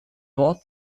wort